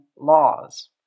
laws